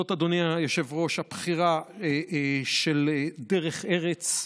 זו, אדוני היושב-ראש, הבחירה של דרך ארץ.